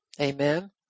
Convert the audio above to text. Amen